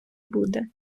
буде